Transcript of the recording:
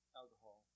alcohol